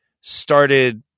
started